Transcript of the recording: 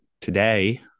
today